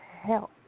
help